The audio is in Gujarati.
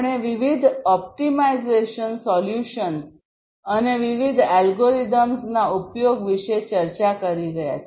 આપણે વિવિધ ઓપ્ટિમાઇઝેશન સોલ્યુશન્સ અને વિવિધ અલ્ગોરિધમ્સના ઉપયોગ વિશે ચર્ચા કરી રહ્યા છીએ